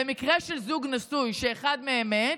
במקרה של זוג נשוי שאחד מהם מת,